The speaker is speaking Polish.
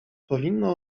powinno